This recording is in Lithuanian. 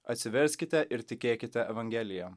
atsiverskite ir tikėkite evangelija